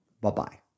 Bye-bye